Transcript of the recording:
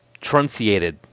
trunciated